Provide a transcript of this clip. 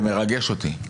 זה מרגש אותי,